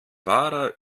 wahrer